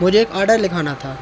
मुझे एक ऑर्डर लिखाना था